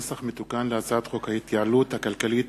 נוסח מתוקן של הצעת חוק ההתייעלות הכלכלית